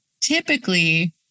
Typically